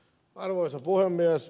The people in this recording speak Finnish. arvoisa puhemies